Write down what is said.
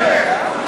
כן.